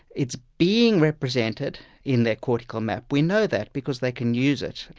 it's being represented in their cortical map, we know that because they can use it.